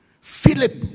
Philip